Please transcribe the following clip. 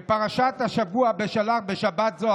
בפרשת השבוע "בשלח" בשבת זו,